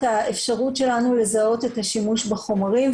האפשרות שלנו לזהות את השימוש בחומרים,